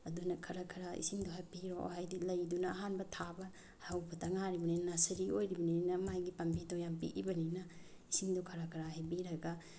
ꯑꯗꯨꯅ ꯈꯔ ꯈꯔ ꯏꯁꯤꯡꯗꯣ ꯍꯥꯞꯄꯤꯔꯣ ꯍꯥꯏꯗꯤ ꯂꯩꯗꯨꯅ ꯑꯍꯥꯟꯕ ꯊꯥꯕ ꯍꯧꯕꯇ ꯉꯥꯏꯔꯤꯕꯅꯤꯅ ꯅꯁꯔꯤ ꯑꯣꯏꯔꯤꯕꯅꯤꯅ ꯃꯥꯒꯤ ꯄꯥꯝꯕꯤꯗꯣ ꯌꯥꯝ ꯄꯤꯛꯏꯕꯅꯤꯅ ꯏꯁꯤꯡꯗꯨ ꯈꯔ ꯈꯔ ꯍꯩꯕꯤꯔꯒ